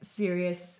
serious